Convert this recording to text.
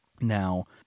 Now